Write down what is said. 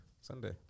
Sunday